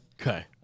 Okay